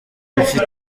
dufite